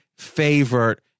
favorite